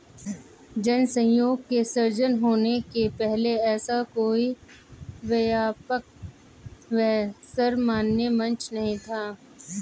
जन सहयोग के सृजन होने के पहले ऐसा कोई व्यापक व सर्वमान्य मंच नहीं था